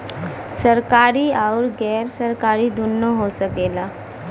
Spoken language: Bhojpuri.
सरकारी आउर गैर सरकारी दुन्नो हो सकेला